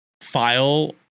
file